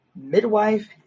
Midwife